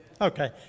Okay